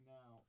Now